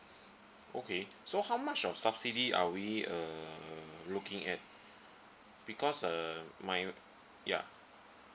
okay so how much of subsidy are we uh looking at because uh my yeah